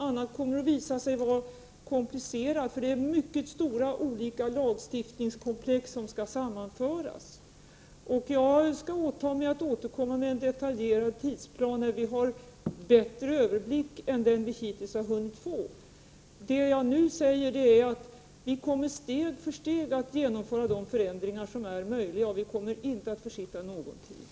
Annat kommer att visa sig vara komplicerat, eftersom det är mycket stora olika lagstiftningskomplex som skall sammanföras. Jag åtar mig att återkomma med en detaljerad tidsplan när vi har bättre överblick än den vi hittills har hunnit få. Vad jag nu säger är att vi steg för steg kommer att genomföra de förändringar som är möjliga. Vi kommer inte att försitta någon tid.